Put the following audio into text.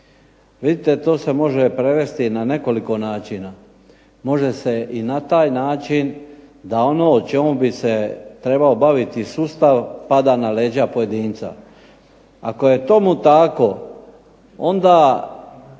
Vidite to se može prevesti i na nekoliko načina. Može se i na taj način da ono o čemu bi se trebao baviti sustav pada na leđa pojedinca. Ako je tomu tako onda